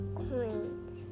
coins